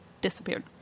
disappeared